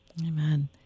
Amen